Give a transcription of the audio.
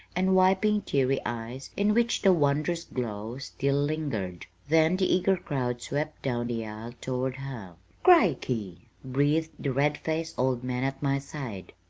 and wiping teary eyes in which the wondrous glow still lingered then the eager crowd swept down the aisle toward her. crickey! breathed the red-faced old man at my side.